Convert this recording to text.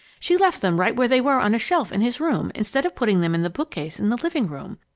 she left them right where they were on a shelf in his room, instead of putting them in the bookcase in the living-room.